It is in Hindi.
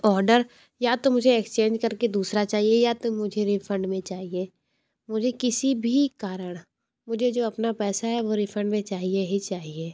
ऑर्डर या तो मुझे एक्सचेंज करके दूसरा चाहिए या तो मुझे रिफंड में चाहिए मुझे किसी भी कारण मुझे जो अपना पैसा है वह रिफंड में चाहिए ही चाहिए